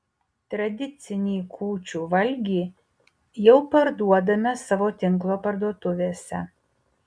tradicinį kūčių valgį jau parduodame savo tinklo parduotuvėse